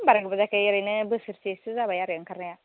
बारा गोबाव जायाखै ओरैनो बोसोर सेसो जाबाय आरो ओंखारनाया